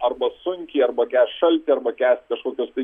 arba sunkiai arba kęst šaltį arba kęst kažkokius tai